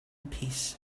peace